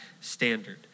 standard